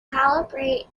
calibrate